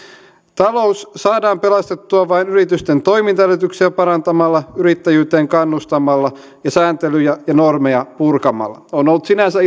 talous saadaan pelastettua vain yritysten toimintaedellytyksiä parantamalla yrittäjyyteen kannustamalla ja sääntelyjä ja normeja purkamalla on ollut sinänsä